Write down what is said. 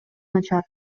начар